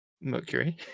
Mercury